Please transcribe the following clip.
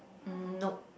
mm nope